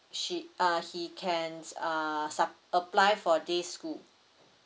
she uh he can uh sub apply for this school